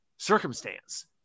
Circumstance